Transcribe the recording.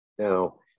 Now